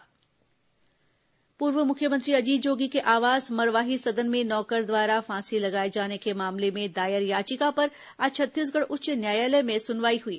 high court सुनवाई पूर्व मुख्यमंत्री अजीत जोगी के आवास मरवाही सदन में नौकर द्वारा फांसी लगाए जाने के मामले में दायर याचिका पर आज छत्तीसगढ़ उच्च न्यायालय में सुनवाई हुई